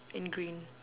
in green